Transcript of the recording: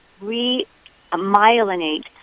re-myelinate